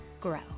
grow